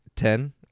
Ten